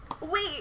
Wait